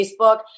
Facebook